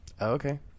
Okay